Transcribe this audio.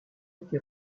été